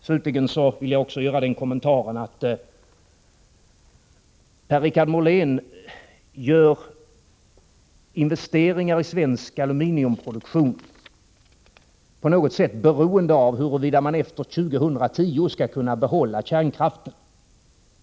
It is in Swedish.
Slutligen vill jag också göra den kommentaren att Per-Richard Molén gör investeringar i svensk aluminiumproduktion på något sätt beroende av huruvida man efter år 2010 skall kunna behålla kärnkraften.